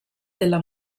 della